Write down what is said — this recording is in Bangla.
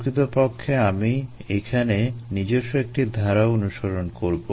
প্রকৃতপক্ষে আমি এখানে নিজস্ব একটি ধারা অনুসরণ করবো